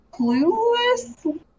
clueless